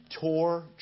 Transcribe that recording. tore